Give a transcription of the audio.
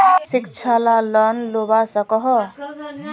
शिक्षा ला लोन लुबा सकोहो?